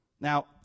Now